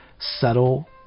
subtle